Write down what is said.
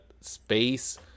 space